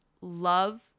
love